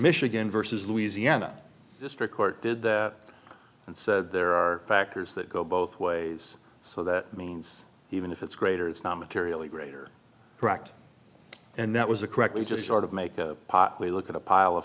michigan versus louisiana district court did that and said there are factors that go both ways so that means even if it's greater it's not materially greater cracked and that was a correctly just sort of make the pot we look at a pile of